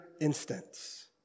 instance